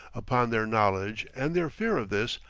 upon their knowledge and their fear of this,